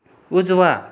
उजवा